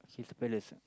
Crystal Palace